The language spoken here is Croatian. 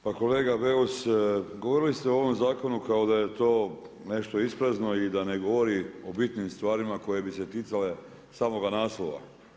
Pa kolega Beus, govorili ste o ovom zakonu kao da je to nešto isprazno i da ne govori o bitnim stvarima koje bi se ticale samoga naslova.